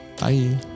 Bye